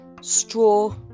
straw